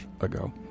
ago